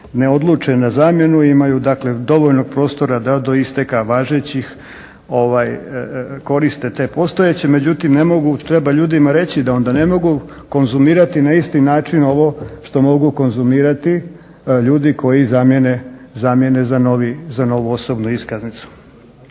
ne odluče na zamjenu imaju dovoljno prostora da do isteka važećih koriste te postojeće, međutim ne mogu, treba ljudima reći da onda ne mogu konzumirati na isti način ovo što mogu konzumirati ljudi koji zamijene za novu osobnu iskaznicu.